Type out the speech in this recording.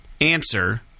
answer